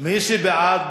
מי שבעד,